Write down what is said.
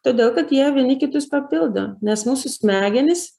todėl kad jie vieni kitus papildo nes mūsų smegenys